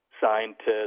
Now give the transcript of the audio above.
scientists